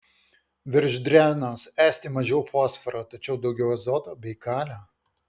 virš drenos esti mažiau fosforo tačiau daugiau azoto bei kalio